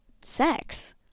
sex